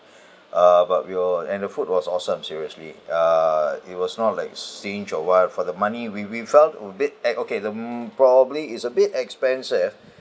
uh but we all and the food was awesome seriously uh it was not like stinged or what for the money we we felt a bit ex~ okay the mm probably it's a bit expensive